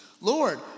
Lord